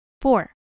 Four